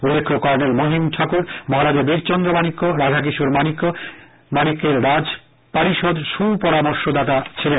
উল্লেখ্য কর্ণেল মহিম ঠাকুর মহারাজা বীরচন্দ্র মানিক্য রাধাকিশোর মানিক্যের রাজ পারিষদ সুপরামর্শ দাতা ছিলেন